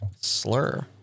slur